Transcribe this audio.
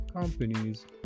Companies